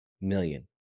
million